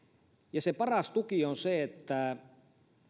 ja se paras tuki on se että